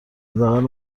حداقل